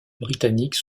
britannique